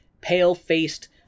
pale-faced